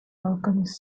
alchemist